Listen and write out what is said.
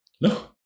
No